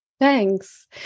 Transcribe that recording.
Thanks